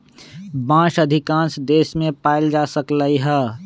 बांस अधिकांश देश मे पाएल जा सकलई ह